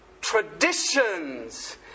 traditions